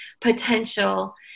potential